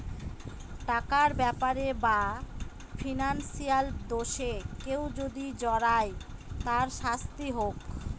টাকার ব্যাপারে বা ফিনান্সিয়াল দোষে কেউ যদি জড়ায় তার শাস্তি হোক